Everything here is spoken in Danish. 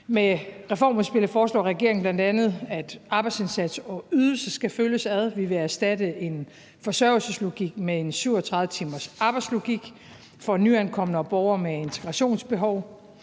Med reformudspillet foreslår regeringen bl.a., at arbejdsindsats og ydelse skal følges ad. Vi vil erstatte en forsørgelseslogik med en 37-timersarbejdslogik for nyankomne og borgere med integrationsbehov.